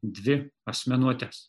dvi asmenuotes